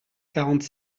quarante